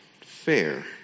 fair